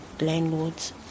landlords